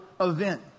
event